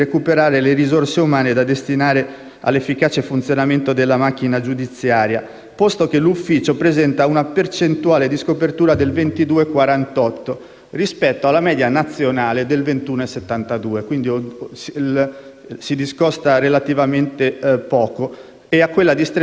all'efficace funzionamento della macchina giudiziaria, posto che l'ufficio presenta una percentuale di scopertura del 22,48 per cento rispetto alla media nazionale del 21,72 per cento (quindi si discosta relativamente poco) e a quella distrettuale del 19,36